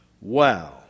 Wow